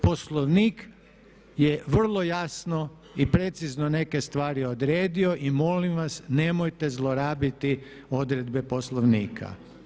Poslovnik je vrlo jasno i precizno neke stvari odredio i molim vas nemojte zlorabiti odredbe Poslovnika.